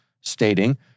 stating